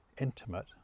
intimate